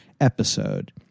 episode